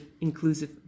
inclusive